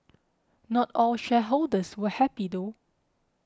not all shareholders were happy though